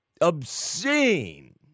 obscene